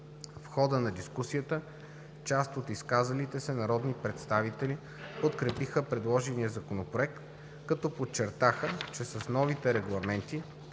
В хода на дискусията част от изказалите се народни представители подкрепиха предложения Законопроект, като подчертаха, че с новите регламенти